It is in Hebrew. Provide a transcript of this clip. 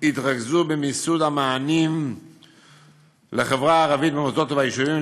התרכזו במיסוד המענים לחברה הערבית במוסדות וביישובים.